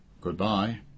Goodbye